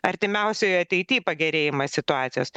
artimiausioj ateity pagerėjimas situacijos